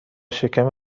شکم